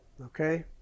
okay